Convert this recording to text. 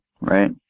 right